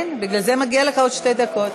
כן, בגלל זה מגיע לך עוד שתי דקות.